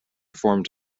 formed